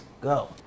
go